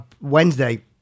Wednesday